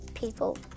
People